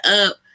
up